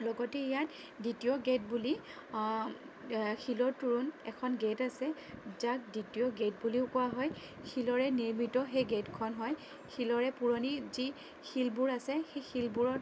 লগতে ইয়াৰ দ্বিতীয় গেট বুলি শিলৰ তোৰণ এখন গেট আছে যাক দ্বিতীয় গেট বুলিও কোৱা হয় শিলেৰে নিৰ্মিত সেই গেটখন হয় শিলৰে পুৰণি যি শিলবোৰ আছে সেই শিলবোৰৰ